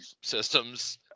systems